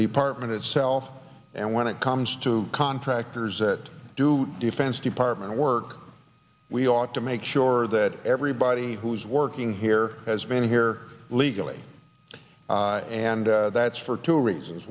department itself and when it comes to contract there's that do defense department work we ought to make sure that everybody who is working here has been here legally and that's for two reasons